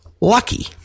lucky